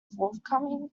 forthcoming